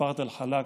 משפחת אלחלאק.